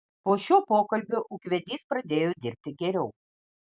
po šio pokalbio ūkvedys pradėjo dirbti geriau